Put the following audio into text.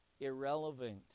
irrelevant